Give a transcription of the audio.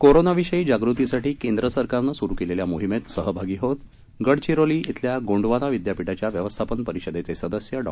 कोरोनाविषयी जागृतीसाठी केंद्र सरकारनं सुरु केलेल्या मोहीमेत सहभागी होत गडचिरोली येथील गोंडवाना विद्यापीठाच्या व्यवस्थापन परिषदेचे सदस्य डॉ